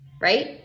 right